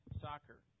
Soccer